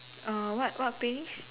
uh what what playlist